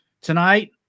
tonight